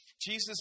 Jesus